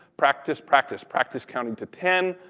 practice, practice. practice counting to ten.